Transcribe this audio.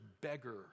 beggar